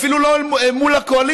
אפילו לא אל מול הקואליציה,